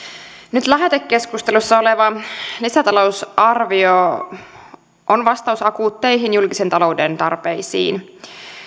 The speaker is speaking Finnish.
nyt lähetekeskustelussa oleva lisätalousarvio on vastaus akuutteihin julkisen talouden tarpeisiin